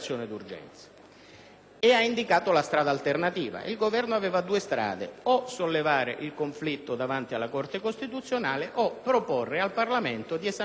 e ha indicato la strada alternativa. Il Governo aveva due possibilità, o sollevare il conflitto dinanzi alla Corte costituzionale o proporre al Parlamento di esaminare la questione.